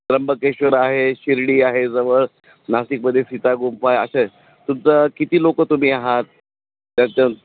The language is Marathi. त्र्यंबकेश्वर आहे शिर्डी आहे जवळ नाशिकमध्ये सीतागुंफा आहे असे तुमचं किती लोकं तुम्ही आहात त्याच्या